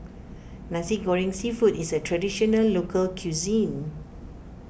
Nasi Goreng Seafood is a Traditional Local Cuisine